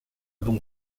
donc